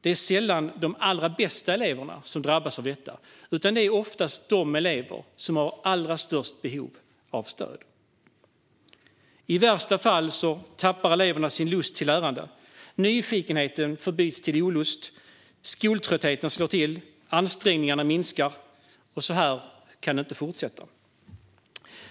Det är sällan de allra bästa eleverna som drabbas av detta, utan det är oftast de elever som har allra störst behov av stöd. I värsta fall tappar eleverna sin lust till lärande. Nyfikenheten förbyts till olust. Skoltröttheten slår till. Ansträngningarna minskar. Så här kan det inte fortsätta.